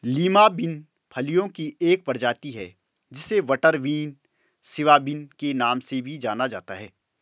Lima bean फलियों की एक प्रजाति है जिसे बटरबीन, सिवा बिन के नाम से भी जाना जाता है